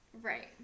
Right